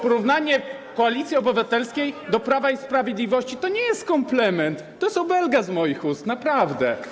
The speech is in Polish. Porównanie Koalicji Obywatelskiej do Prawa i Sprawiedliwości to nie jest komplement, to jest obelga z moich ust, naprawdę.